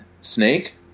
snake